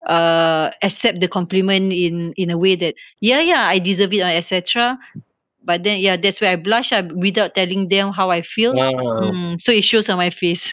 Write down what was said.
uh accept the compliment in in a way that ya ya I deserve it and etcetera but then ya that's where I blush ah without telling them how I feel mm so it shows on my face